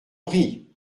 prie